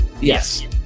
Yes